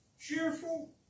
cheerful